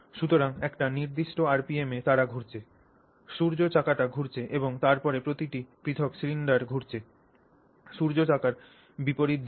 সুতরাং একটি নির্দিষ্ট আরপিএমে তারা ঘুরছে সূর্য চাকাটি ঘুরছে এবং তারপরে প্রতিটি পৃথক সিলিন্ডার ঘুরছেসূর্য চাকার বিপরীত দিকে